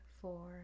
four